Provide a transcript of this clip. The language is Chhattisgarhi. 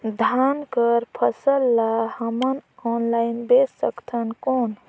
धान कर फसल ल हमन ऑनलाइन बेच सकथन कौन?